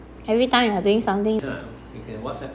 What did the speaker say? no lah it's okay